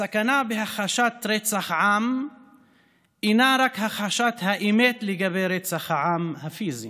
הסכנה בהכחשת רצח עם אינה רק הכחשת האמת לגבי רצח העם הפיזי,